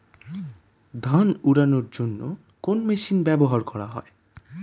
ধান উড়ানোর জন্য কোন মেশিন ব্যবহার করা হয়?